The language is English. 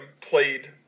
played